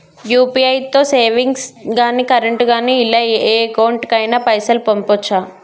UPI తో savings గాని current గాని ఇలా ఏ అకౌంట్ కైనా పైసల్ పంపొచ్చా?